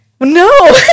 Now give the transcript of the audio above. No